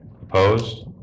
Opposed